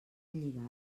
lligat